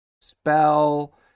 spell